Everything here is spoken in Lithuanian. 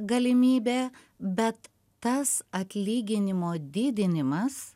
galimybė bet tas atlyginimo didinimas